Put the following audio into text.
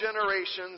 generations